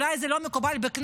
אולי זה לא מקובל בכנסת,